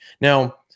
Now